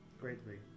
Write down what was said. Greatly